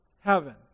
heaven